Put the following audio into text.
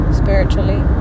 spiritually